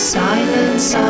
silence